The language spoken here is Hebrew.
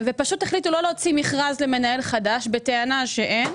ופשוט החליטו שלא להוציא מכרז למנהל חדש בטענה שאין,